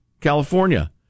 California